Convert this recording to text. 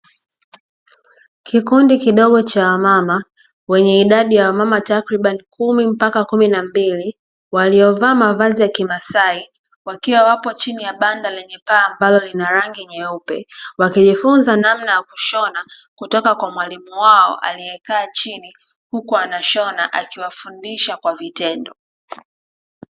Kikundi kidogo cha wamama wenye idadi ya wamama, takribani kumi mpaka kumi na mbili waliovaa mavazi ya kimasai wakiwa wapo chini ya banda lenye paa ambalo lina rangi nyeupe, wakijifunza namna ya kushona kutoka kwa mwalimu wao aliyekaa chini huku anashona akiwa fundisha kwa vitendo.